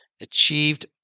achieved